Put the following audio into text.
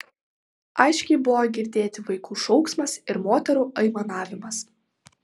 aiškiai buvo girdėti vaikų šauksmas ir moterų aimanavimas